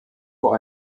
vor